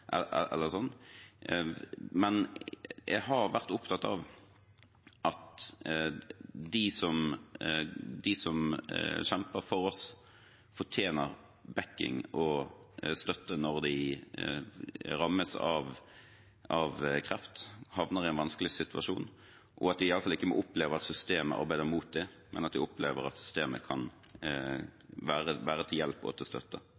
Men jeg har vært opptatt av at de som kjemper for oss, fortjener backing og støtte når de rammes av kreft og havner i en vanskelig situasjon, og at de iallfall ikke må oppleve at systemet arbeider mot dem, men at de opplever at systemet kan være til hjelp og støtte.